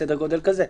סדר גודל כזה?